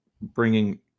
bringing